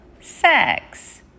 sex